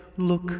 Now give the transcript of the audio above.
Look